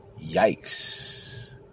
Yikes